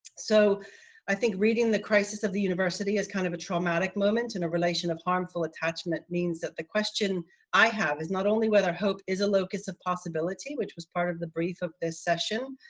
so i think reading the crisis of the university is kind of a traumatic moment in a relation of harmful attachment means that the question i have is not only whether hope is a locus of possibility which was part of the brief of this session,